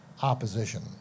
opposition